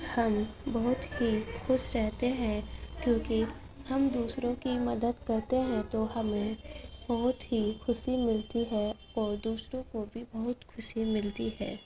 ہم بہت ہی خوش رہتے ہیں کیوں کہ ہم دوسروں کی مدد کرتے ہیں تو ہمیں بہت ہی خوشی ملتی ہے اور دوسروں کو بھی بہت خوشی ملتی ہے